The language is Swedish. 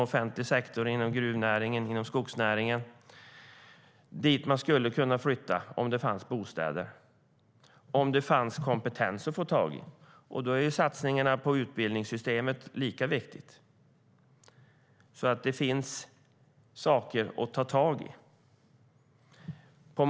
Offentliga sektorn, gruvnäringen och skogsnäringen skriker efter personal. Till dessa jobb skulle de kunna flytta om det fanns bostäder - om det fanns kompetens att få tag i. Satsningarna på utbildningssystemet är lika viktiga. Det finns saker att ta tag i.